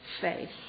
faith